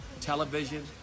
television